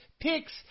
picks